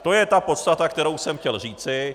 To je ta podstata, kterou jsem chtěl říci.